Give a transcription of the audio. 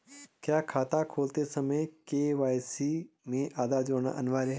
क्या खाता खोलते समय के.वाई.सी में आधार जोड़ना अनिवार्य है?